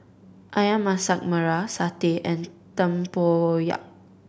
Ayam Masak Merah satay and tempoyak